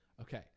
Okay